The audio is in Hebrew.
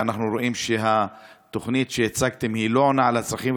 ואנחנו רואים שהתוכנית שהצגתם לא עונה על הצרכים.